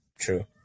True